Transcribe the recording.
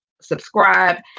subscribe